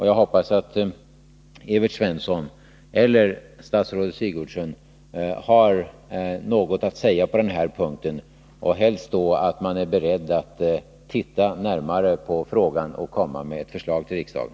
Jag hoppas att Evert Svensson eller statsrådet Sigurdsen har något att säga på den punkten — helst att man är beredd att se närmare på frågan och komma med förslag till riksdagen.